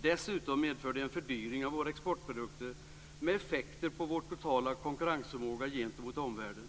Dessutom medför de en fördyring av våra exportprodukter med effekter på vår totala konkurrensförmåga gentemot omvärlden.